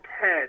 head